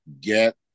Get